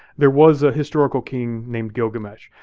there was a historical king named gilgamesh.